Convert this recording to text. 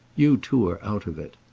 you too are out of it.